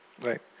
Right